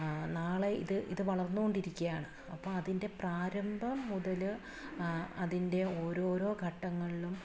നാളെ ഇത് ഇത് വളർന്നോണ്ടിരിക്കയാണ് അപ്പോൾ അതിൻ്റെ പ്രാരംഭം മുതൽ അതിൻ്റെ ഓരോരോ ഘട്ടങ്ങളിലും